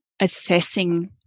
assessing